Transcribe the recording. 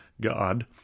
God